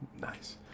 nice